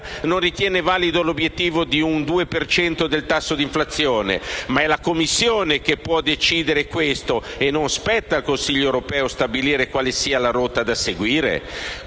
non ritiene valido l'obiettivo di un 2 per cento del tasso d'inflazione. Ma è la Commissione che può decidere questo o non spetta al Consiglio europeo stabilire quale sia la rotta da seguire?